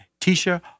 Tisha